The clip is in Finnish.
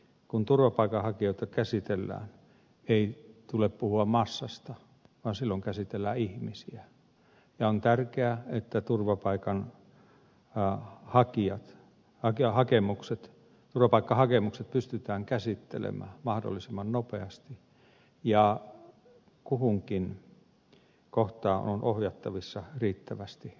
kun esimerkiksi turvapaikanhakijoita käsitellään ei tule puhua massasta vaan silloin käsitellään ihmisiä ja on tärkeää että turvapaikkahakemukset pystytään käsittelemään mahdollisimman nopeasti ja kuhunkin kohtaan on ohjattavissa riittävästi resursseja